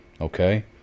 Okay